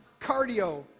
cardio